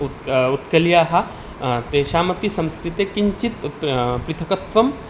उत्क उत्कल्याः तेषामपि संस्कृते किञ्चित् पृथक्त्वं